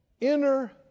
inner